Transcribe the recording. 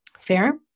Fair